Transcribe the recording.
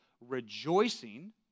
rejoicing